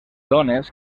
dones